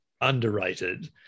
underrated